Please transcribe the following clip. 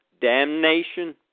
damnation